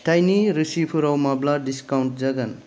फिथाइनि रोसिफोराव माब्ला डिसकाउन्ट जागोन